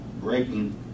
breaking